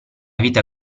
vita